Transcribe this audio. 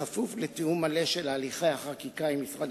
בכפוף לתיאום מלא של הליכי החקיקה עם משרד